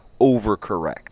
overcorrect